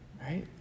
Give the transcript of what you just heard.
right